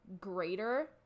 greater